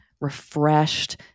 refreshed